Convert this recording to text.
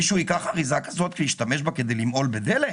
אריזה כזאת וישתמש בה למהול דלק.